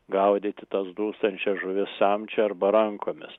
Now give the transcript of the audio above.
gaudyti tas dūstančias žuvis samčiu arba rankomis